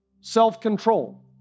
Self-control